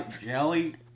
jelly